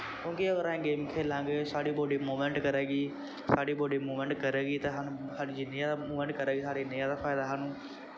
क्युंकि अगर अस गेम खेला गे साढ़ी बॉड्डी मुवमैंट करेगी साढ़ी बॉड्डी मुवमैंट करेगी ते साह्नूं जिन्नी जैदा मूवमैंट करेगी साढ़े उन्ना जैदा फैदा साह्नूं